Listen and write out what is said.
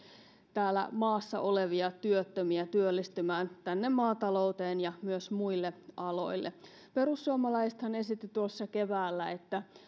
täällä maassa olevia työttömiä työllistymään maatalouteen ja myös muille aloille perussuomalaisethan esitti tuossa keväällä että